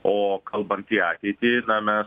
o kalbant į ateitį na mes